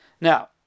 Now